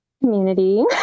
community